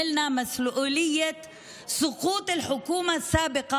עלינו את האחריות להפלת הממשלה הקודמת,